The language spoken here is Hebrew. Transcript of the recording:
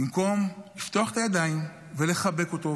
במקום לפתוח את הידיים ולחבק אותו,